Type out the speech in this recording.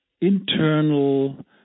internal